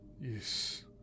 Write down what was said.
Yes